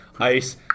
Ice